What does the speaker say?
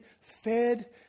fed